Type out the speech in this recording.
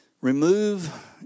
Remove